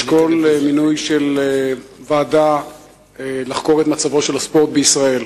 לשקול מינוי של ועדה לחקור את מצבו של הספורט בישראל.